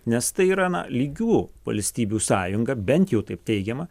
nes tai yra na lygių valstybių sąjunga bent jau taip teigiama